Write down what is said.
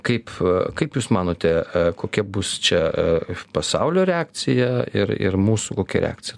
kaip kaip jūs manote kokia bus čia pasaulio reakcija ir ir mūsų kokia reakcija